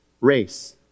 race